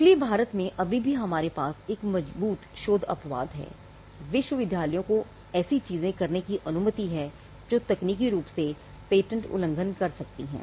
इसलिए भारत में अभी भी हमारे पास एक मजबूत शोध अपवाद है विश्वविद्यालयों को ऐसी चीजें करने की अनुमति है जो तकनीकी रूप से पेटेंट उल्लंघन कर सकती हैं